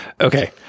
Okay